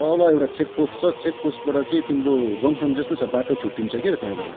तल एउटा check post छ चेकपोस्टबाट चाहिँ तिम्रो जङसन जस्तो छ बाटो छुटिन्छ के त्यहाँबाट